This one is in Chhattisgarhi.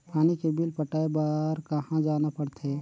पानी के बिल पटाय बार कहा जाना पड़थे?